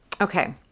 Okay